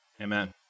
Amen